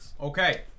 Okay